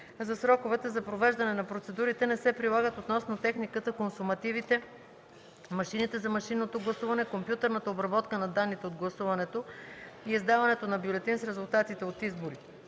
за сроковете за провеждане на процедурите не се прилагат относно техниката, консумативите, машините за машинното гласуване, компютърната обработка на данните от гласуването и издаването на бюлетин с резултатите от изборите,